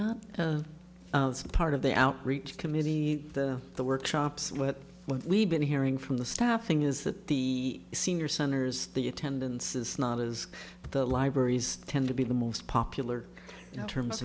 that part of the outreach committee the the workshops what we've been hearing from the staffing is that the senior centers the attendance is not is the libraries tend to be the most popular terms